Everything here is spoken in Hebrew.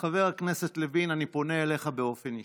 וחבר הכנסת לוין, אני פונה אליך באופן אישי,